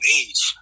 age